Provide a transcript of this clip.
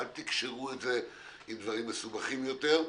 אל תקשרו את זה עם דברים מסובכים יותר,